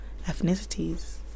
ethnicities